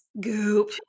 Goop